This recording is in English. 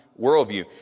worldview